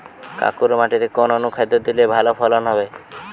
কাঁকুরে মাটিতে কোন অনুখাদ্য দিলে ভালো ফলন হবে?